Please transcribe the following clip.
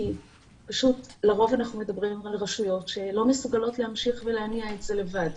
כי לרוב אנחנו מדברים על רשויות שלא מסוגלות להמשיך ולהניע את זה לבד.